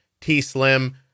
T-Slim